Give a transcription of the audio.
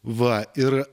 va ir